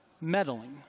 meddling